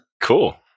cool